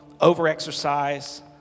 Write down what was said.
over-exercise